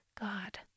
God